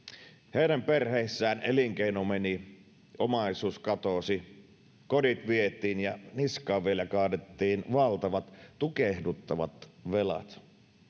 heidän perheissään elinkeino meni omaisuus katosi kodit vietiin ja niskaan vielä kaadettiin valtavat tukehduttavat velat